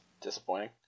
disappointing